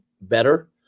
better